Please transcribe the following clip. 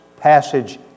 passage